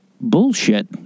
bullshit